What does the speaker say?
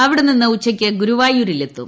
അവിട്ടെ്നിന്ന് ഉച്ചയ്ക്ക് ഗുരുവായൂരിലെത്തും